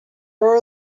our